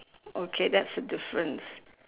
okay that's a difference